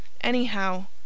Anyhow